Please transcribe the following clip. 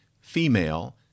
female